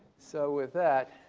so with that,